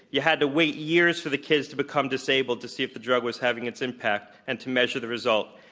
you had to wait years for the kids to become disabled to see if the drug was having its impact and to measure the result.